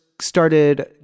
started